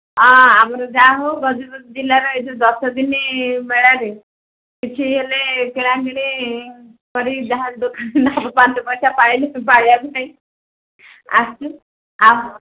ହଁ ଆମର ଯାହା ହଉ ଗଜପତି ଜିଲ୍ଲାରେ ଏ ଯୋଉ ଦଶ ଦିନ ମେଳାରେ କିଛି ହେଲେ କିଣା କିଣି କରି ଯାହା ଦୋକାନ ପାଞ୍ଚ ପଇସା ପାଇଲେ ନାହିଁ ଆସୁ ଆଉ